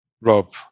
Rob